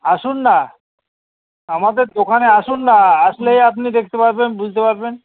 আসুন না আমাদের দোকানে আসুন না আসলেই আপনি দেখতে পারবেন বুঝতে পারবেন